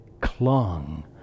clung